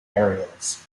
areas